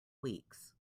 weeks